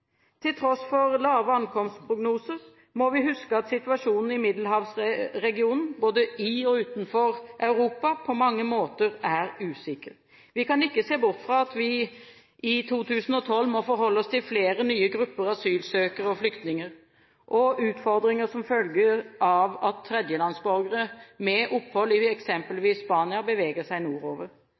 Til tross for lave ankomstprognoser må vi huske at situasjonen i middelhavsregionen, både i og utenfor Europa, på mange måter er usikker. Vi kan ikke se bort fra at vi i 2012 må forholde oss til flere nye grupper asylsøkere og flyktninger, og utfordringer som følger av at tredjelandsborgere med opphold eksempelvis i Spania, beveger seg nordover.